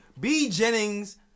B-Jennings